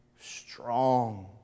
strong